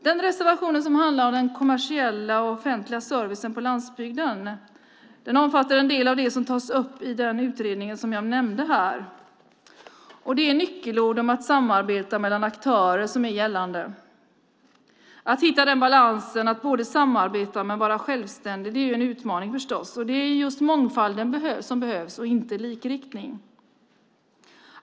Den reservation som handlar om den kommersiella offentliga servicen på landsbygden omfattar en del av det som tas upp i den utredning som jag nämnde. Det är nyckelord om samarbete mellan aktörer som är gällande. Att hitta den balansen, att både samarbeta och vara självständig, är en utmaning förstås. Det är just mångfalden som behövs och inte likriktning.